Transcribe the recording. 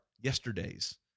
yesterdays